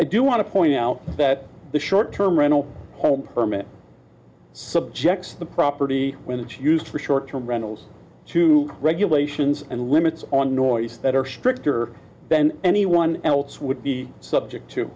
i do want to point out that the short term rental home permit subjects the property when it's used for short term rentals to regulations and limits on noise that are stricter than anyone else would be subject to